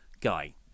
guy